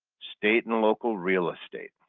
state and local real estate,